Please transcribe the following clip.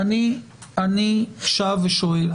אני שב ושואל.